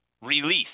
release